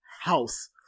house